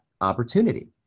opportunity